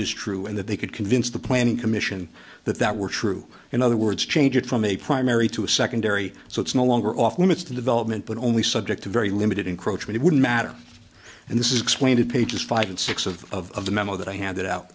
is true and that they could convince the planning commission that that were true in other words change it from a primary to a secondary so it's no longer off limits to development but only subject to very limited encroachments wouldn't matter and this is explained in pages five and six of the memo that i handed out